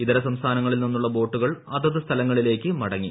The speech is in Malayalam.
ഇതര സംസ്ഥാനങ്ങളിൽനിന്നുള്ള ബോട്ടുകൾ അതത് സ്ഥലങ്ങളിലേക്ക് മടങ്ങി